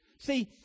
See